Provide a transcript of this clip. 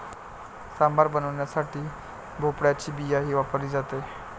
सांबार बनवण्यासाठी भोपळ्याची बियाही वापरली जाते